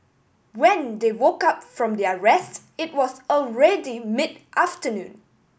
when they woke up from their rest it was already mid afternoon